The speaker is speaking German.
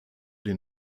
den